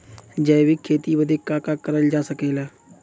जैविक खेती बदे का का करल जा सकेला?